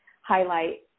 highlight